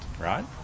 right